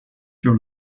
your